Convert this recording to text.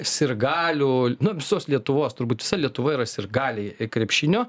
sirgalių nu visos lietuvos turbūt visa lietuva yra sirgaliai krepšinio